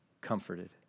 comforted